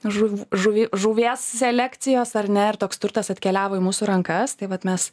žuv žuvį žuvies selekcijos ar ne ir toks turtas atkeliavo į mūsų rankas tai vat mes